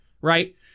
right